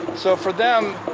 so for them,